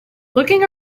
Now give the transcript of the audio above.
looking